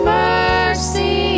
mercy